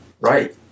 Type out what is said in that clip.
right